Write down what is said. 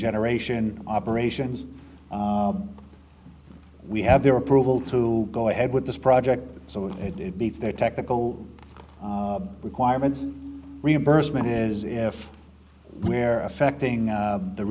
generation operations we have their approval to go ahead with this project so it beats their technical requirements reimbursement is if where affecting